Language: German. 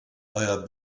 euer